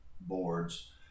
boards